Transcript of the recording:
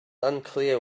unclear